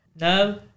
No